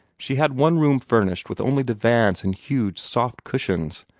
she had one room furnished with only divans and huge, soft cushions,